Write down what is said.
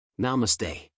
Namaste